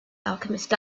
alchemist